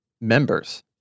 members